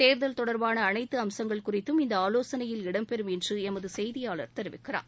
தேர்தல் தொடர்பான அனைத்து அம்சங்கள் குறித்தும் இந்த ஆலோசனையில் இடம்பெறும் என்று எமது செய்தியாளர் தெரிவிக்கிறார்